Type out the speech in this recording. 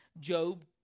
Job